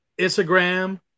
Instagram